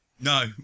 No